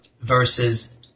versus